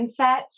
mindset